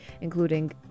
including